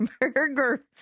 Burger